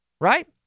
right